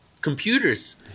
computers